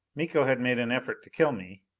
miko had made an effort to kill me.